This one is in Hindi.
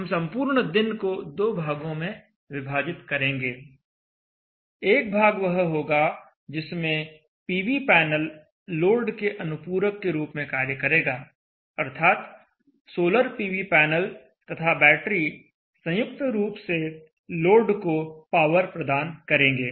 हम संपूर्ण दिन को दो भागों में विभाजित करेंगे एक भाग वह होगा जिसमें पीवी पैनल लोड के अनुपूरक के रूप में कार्य करेगा अर्थात सोलर पीवी पैनल तथा बैटरी संयुक्त रूप से लोड को पावर प्रदान करेंगे